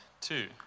Two